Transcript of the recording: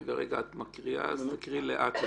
רגע, את מקריאה אז תקריאי לאט יותר